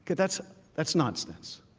that's that's nonsense